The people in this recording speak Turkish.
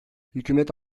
hükümet